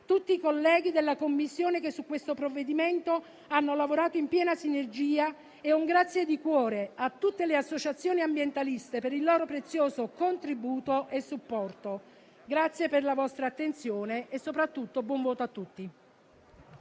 tutti i colleghi della Commissione che su questo procedimento hanno lavorato in piena sinergia. Rivolgo inoltre un ringraziamento di cuore a tutte le associazioni ambientaliste per il loro prezioso contributo e supporto. Colleghi, grazie per la vostra attenzione e soprattutto buon voto a tutti.